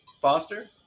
Foster